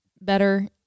better